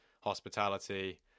hospitality